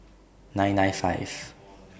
nine nine five